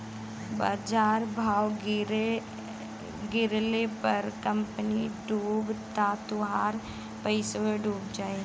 बाजार भाव गिरले पर कंपनी डूबल त तोहार पइसवो डूब जाई